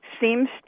seems